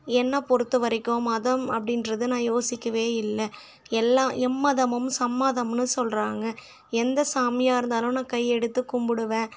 என்ன பொறுத்த வரைக்கும் மதம் அப்படின்றது நான் யோசிக்கவே இல்லை எல்லா எம்மதமும் சம்மதம்னு சொல்கிறாங்க எந்த சாமியாக இருந்தாலும் நான் கையெடுத்து கும்பிடுவேன்